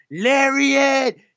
Lariat